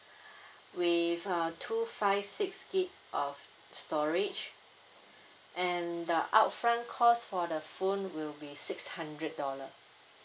with uh two five six gig of storage and the upfront cost for the phone will be six hundred dollar